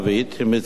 עם מצרים,